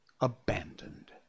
abandoned